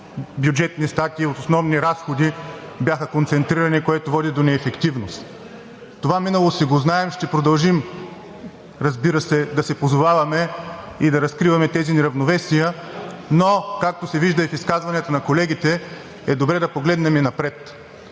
бюджетни статии, от основни разходи бяха концентрирани, което води до неефективност. Това минало си го знаем. Ще продължим, разбира се, да се позоваваме и да разкриваме тези неравновесия, но, както се вижда, и в изказването на колегите е добре да погледнем, и напред,